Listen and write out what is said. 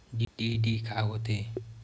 DD का होथे?